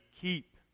keep